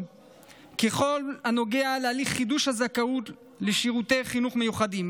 בכל הנוגע להליך חידוש הזכאות לשירותי חינוך מיוחדים.